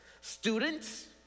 Students